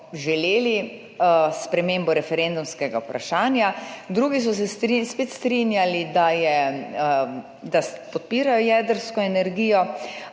želeli spremembo referendumskega vprašanja, drugi so se spet strinjali, da podpirajo jedrsko energijo,